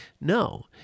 No